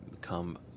come